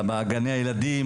בגני ילדים,